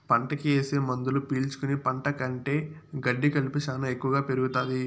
పంటకి ఏసే మందులు పీల్చుకుని పంట కంటే గెడ్డి కలుపు శ్యానా ఎక్కువగా పెరుగుతాది